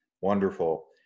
Wonderful